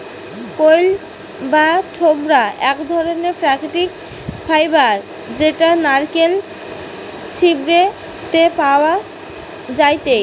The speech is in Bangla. কইর বা ছোবড়া এক ধরণের প্রাকৃতিক ফাইবার যেটা নারকেলের ছিবড়ে তে পাওয়া যায়টে